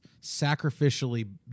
sacrificially